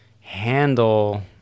handle